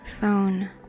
phone